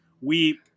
we-